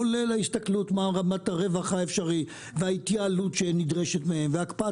כולל ההסתכלות מה רמת הרווח האפשרי וההתייעלות שנדרשת מהם והקפאת